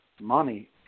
money